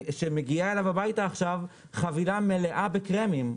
שמגיעה אליו הביתה עכשיו חבילה מלאה בקרמים.